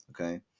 Okay